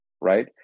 right